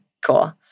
Cool